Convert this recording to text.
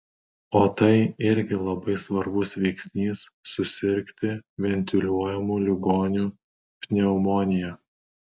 o tai irgi labai svarbus veiksnys susirgti ventiliuojamų ligonių pneumonija